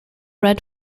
red